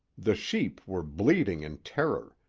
the sheep were bleating in terror,